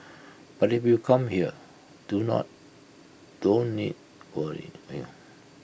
but if you come here do not don't need to worry you